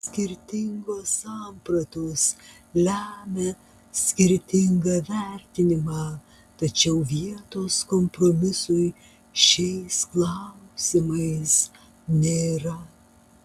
skirtingos sampratos lemia skirtingą vertinimą tačiau vietos kompromisui šiais klausimais nėra